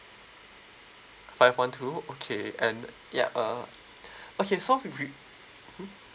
five one two okay and ya uh okay so with mm